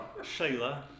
Shayla